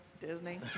Disney